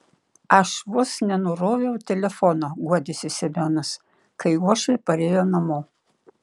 aš vos nenuroviau telefono guodėsi semionas kai uošvė parėjo namo